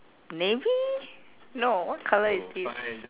navy no what colour is this